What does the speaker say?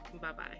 Bye-bye